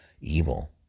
evil